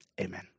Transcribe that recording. Amen